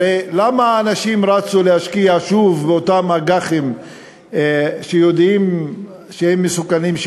הרי למה אנשים רצו להשקיע שוב באותם אג"חים שיודעים שהם מסוכנים,